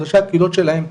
ראשיי הקהילות שלהם,